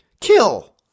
kill